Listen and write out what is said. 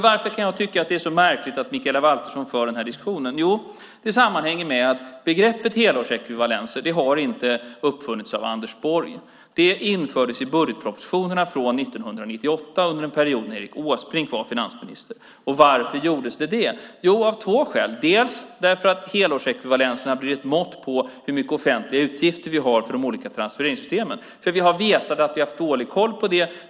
Varför kan jag tycka att det är så märkligt att Mikaela Valtersson för den här diskussionen? Jo, det sammanhänger med att begreppet helårsekvivalenter inte har uppfunnits av Anders Borg. Det infördes i budgetpropositionerna från 1998 under den period Erik Åsbrink var finansminister. Varför gjordes det? Ett skäl var att helårsekvivalenterna blir ett mått på hur mycket offentliga utgifter vi har för de olika transfereringssystemen. Vi har ju vetat att vi har haft dålig koll på det.